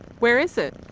where is it?